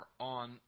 on